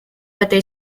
этой